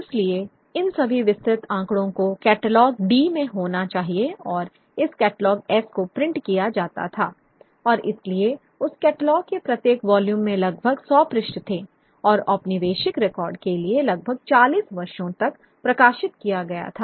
इसलिए इन सभी विस्तृत आंकड़ों को कैटलॉग d में होना चाहिए और इस कैटलॉग s को प्रिंट किया जाता था और इसलिए उस कैटलॉग के प्रत्येक वॉल्यूम में लगभग 100 पृष्ठ थे और औपनिवेशिक रिकॉर्ड के लिए लगभग 40 वर्षों तक प्रकाशित किया गया था